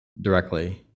directly